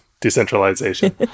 decentralization